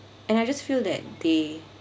and I just feel that they